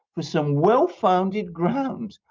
for some well-founded grounds,